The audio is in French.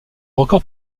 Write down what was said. record